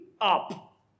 up